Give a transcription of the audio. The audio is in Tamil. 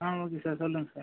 ஆ ஓகே சார் சொல்லுங்கள் சார்